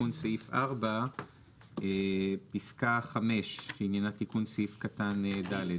תיקון סעיף 4 פסקה 5 שעניינה תיקון סעיף קטן (ד).